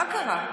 מה קרה?